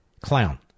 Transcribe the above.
clown